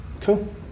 Cool